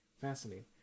Fascinating